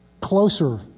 closer